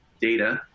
data